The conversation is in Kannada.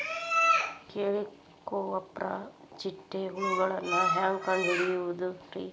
ಹೇಳಿಕೋವಪ್ರ ಚಿಟ್ಟೆ ಹುಳುಗಳನ್ನು ಹೆಂಗ್ ಕಂಡು ಹಿಡಿಯುದುರಿ?